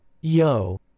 Yo